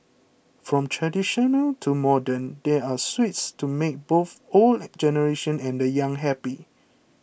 from traditional to modern there are sweets to make both the old generation and the young happy